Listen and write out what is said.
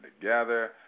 together